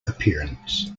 appearance